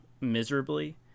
miserably